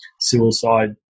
suicide